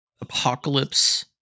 Apocalypse